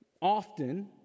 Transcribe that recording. often